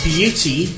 Beauty